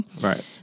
Right